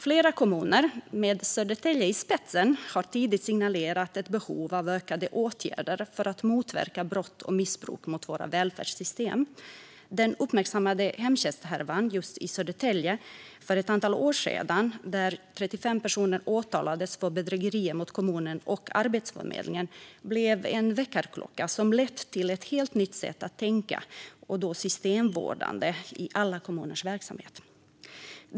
Flera kommuner, med Södertälje i spetsen, har tidigt signalerat ett behov av ökade åtgärder för att motverka brott och missbruk mot våra välfärdssystem. Den uppmärksammade hemtjänsthärvan i just Södertälje för ett antal år sedan, där 35 personer åtalades för bedrägerier mot kommunen och Arbetsförmedlingen, blev en väckarklocka som har lett till ett helt nytt sätt att tänka systemvårdande i alla kommuners verksamhet.